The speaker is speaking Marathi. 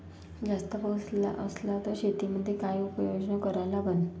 जास्त पाऊस असला त शेतीमंदी काय उपाययोजना करा लागन?